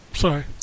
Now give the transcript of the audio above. Sorry